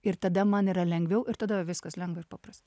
ir tada man yra lengviau ir tada jau viskas lengva ir paprasta